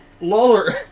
Lawler